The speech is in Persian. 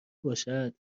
باشد